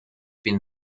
been